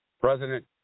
President